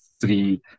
Three